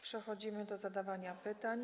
Przechodzimy do zadawania pytań.